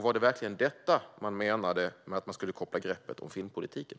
Var det verkligen detta man menade med att man skulle koppla greppet om filmpolitiken?